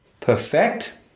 perfect